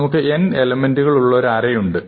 നമുക്ക് n എലെമെന്റുകൾ ഉള്ള ഒരു അറയുണ്ട്